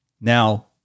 Now